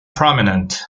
prominent